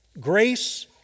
Grace